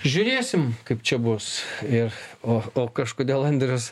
žiūrėsim kaip čia bus ir o o kažkodėl andrius